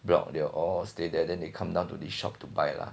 block they all stay there then they come down to the shop to buy lah